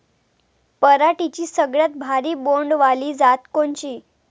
पराटीची सगळ्यात भारी बोंड वाली जात कोनची?